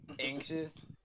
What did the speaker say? anxious